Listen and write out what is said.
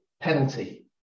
penalty